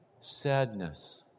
sadness